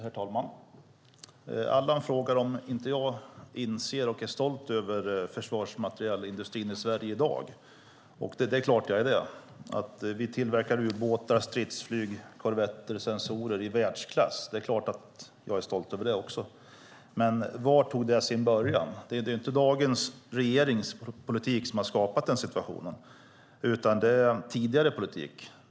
Herr talman! Allan Widman frågar om jag inte är stolt över försvarsmaterielindustrin i Sverige i dag. Det är klart att jag är stolt över att vi tillverkar ubåtar, stridsflyg, korvetter och sensorer i världsklass. Men var tog det sin början? Det är inte dagens regerings politik som har skapat den situationen, utan det är tidigare politik.